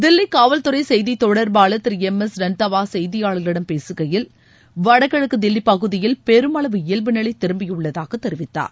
தில்லி காவல்துறை செய்தி தொடர்பாளர் திரு எம் எஸ் ரன்தாவா செய்தியாளர்களிடம் பேசுகையில் வடகிழக்கு தில்லி பகுதியில் பெருமளவு இயல்புநிலை திரும்பியுள்ளதாக தெரிவித்தார்